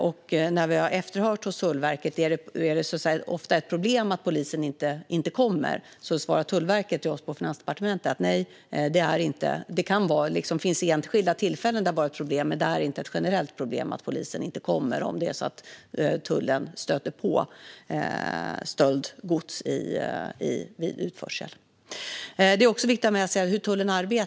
När Finansdepartementet efterhörde med Tullverket om det ofta är ett problem att polisen inte kommer när tullen stöter på stöldgods vid utförsel svarade Tullverket att det har varit ett problem vid enskilda tillfällen men att det inte är något generellt problem.